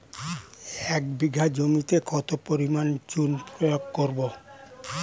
এক বিঘা জমিতে কত পরিমাণ চুন প্রয়োগ করব?